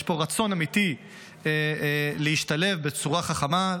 יש פה רצון אמיתי להשתלב בצורה חכמה,